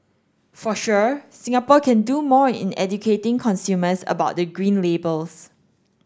for sure Singapore can do more in educating consumers about the green labels